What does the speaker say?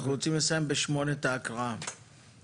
אנחנו רוצים לסיים את ההקראה בשעה שמונה,